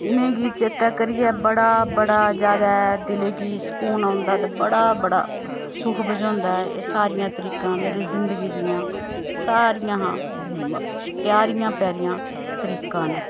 इ'नेंगी चेता करियै बड़ा बड़ा ज्यादा दिलै गी सकून औंदा ते बड़ा बड़ा सुख बझोंदा ऐ एह् सारियां तरीकां मेरी जिंदगी दियां सारियां प्यारियां प्यारियां तरीकां न